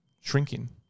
shrinking